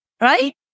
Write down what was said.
Right